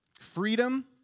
freedom